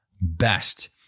best